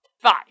Five